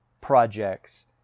projects